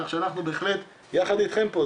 כך שאנחנו בהחלט יחד איתכם פה,